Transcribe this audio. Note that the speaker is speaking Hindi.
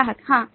ग्राहक हाँ